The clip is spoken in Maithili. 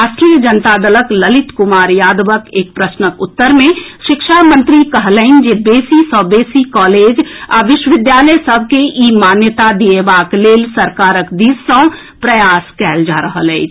राष्ट्रीय जनता दलक ललित कुमार यादवक एक प्रश्नक उत्तर मे शिक्षा मंत्री कहलनि जे बेसी सँ बेसी कॉलेज आ विश्वविद्यालय सभ के ई मान्यता दिएबाक लेल सरकारक दिस सँ प्रयास कयल जा रहल अछि